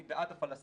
אני בעד הפלסטינים,